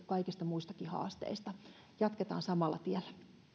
kaikista muistakin haasteista jatketaan samalla tiellä